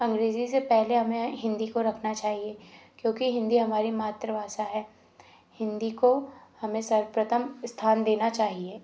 अंग्रेजी से पहले हमें हिंदी को रखना चाहिए क्योंकि हिंदी हमारी मातृभाषा है हिंदी को हमें सर्वप्रथम स्थान देना चाहिए